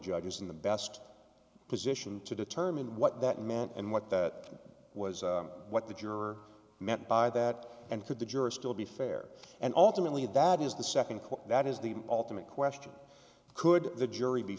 judge is in the best position to determine what that meant and what that was what the juror meant by that and could the jury still be fair and ultimately that is the second court that is the ultimate question could the jury be